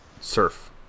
surf